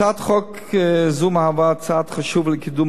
הצעת חוק זו מהווה צעד חשוב לקידום